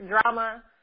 drama